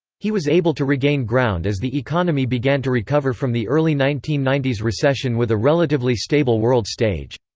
he was able to regain ground as the economy began to recover from the early nineteen ninety recession with a relatively stable world stage.